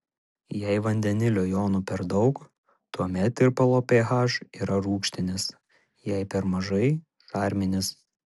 jei vandenilio jonų per daug tuomet tirpalo ph yra rūgštinis jei per mažai šarminis